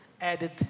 added